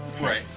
Right